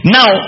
Now